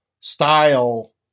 style